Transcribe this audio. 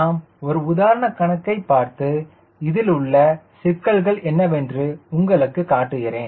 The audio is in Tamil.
நாம் ஒரு உதாரண கணக்கைப் பார்த்து இதில் உள்ள சிக்கல்கள் என்னவென்று உங்களுக்குக் காட்டுகிறேன்